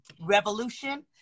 revolution